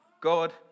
God